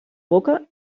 boca